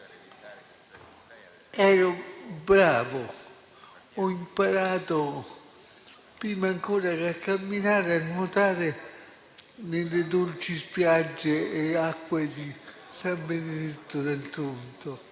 ero bravo. Ho imparato, prima ancora che a camminare, a nuotare nelle dolci spiagge e acque di San Benedetto del Tronto.